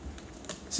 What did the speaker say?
做么你不要吃牛肉